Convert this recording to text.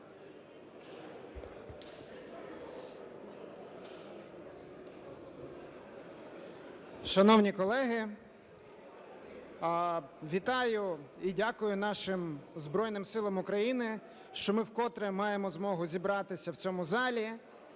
Шановні колеги, вітаю і дякую нашим Збройним Силам України, що ми вкотре маємо змогу зібратися в цьому залі